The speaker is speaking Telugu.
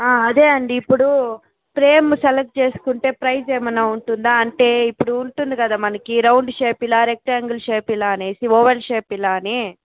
అదే అండీ ఇప్పుడు ఫ్రేమ్ సెలెక్ట్ చేసుకుంటే ప్రైస్ ఏమన్నా ఉంటుందా అంటే ఇప్పుడు ఉంటుంది కదా మనకి ఈ రౌండ్ షేప్ ఇలా రెక్టాన్గల్ షేప్ ఇలా అనేసి ఓవల్ షేప్ ఇలా అని